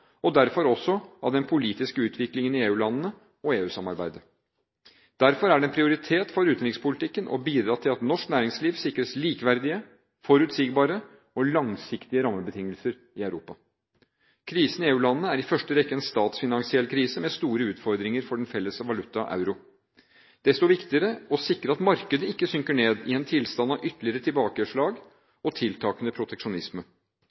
og derfor også av den politiske utviklingen i EU-landene og EU-samarbeidet. Derfor er det en prioritet for utenrikspolitikken å bidra til at norsk næringsliv sikres likeverdige, forutsigbare og langsiktige rammebetingelser i Europa. Krisen i EU-landene er i første rekke en statsfinansiell krise med store utfordringer for den felles valuta, euro. Desto viktigere er det å sikre at markedet ikke synker ned i en tilstand av ytterligere tilbakeslag og tiltakende proteksjonisme.